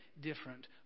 different